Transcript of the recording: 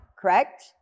correct